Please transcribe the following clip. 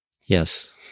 Yes